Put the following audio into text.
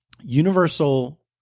Universal